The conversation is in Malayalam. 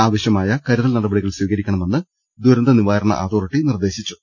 ആവശ്യമായ കരുതൽ നടപടികൾ സ്വീകരിക്കണമെന്ന് ദുരന്ത് നിവാരണ അതോറിറ്റി നിർദ്ദേശിച്ചു